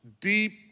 deep